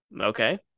okay